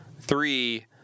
Three